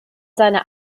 seiner